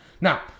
Now